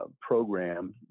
program